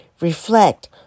reflect